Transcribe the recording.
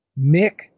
Mick